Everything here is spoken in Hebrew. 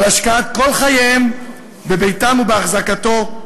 על השקעת כל חייהם בביתם ובאחזקתו,